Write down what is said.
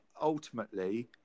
ultimately